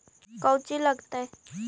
कौची लगतय?